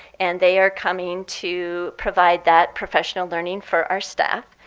and they are coming to provide that professional learning for our staff.